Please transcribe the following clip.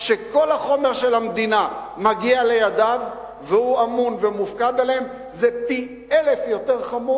איילה אמרה שיש לה מוקלט, לפי דעתי.